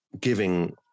giving